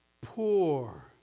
Poor